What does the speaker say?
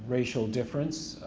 racial difference,